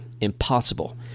Impossible